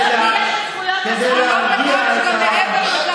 זכויות אדם לא נגמרות,